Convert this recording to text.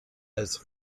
als